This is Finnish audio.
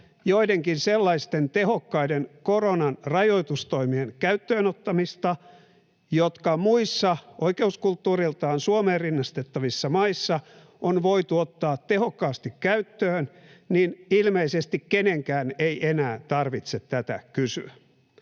joidenkin sellaisten tehokkaiden koronan rajoitustoimien käyttöön ottamista, jotka muissa oikeuskulttuuriltaan Suomeen rinnastettavissa maissa on voitu ottaa tehokkaasti käyttöön, niin ilmeisesti kenenkään ei enää tarvitse tätä kysyä.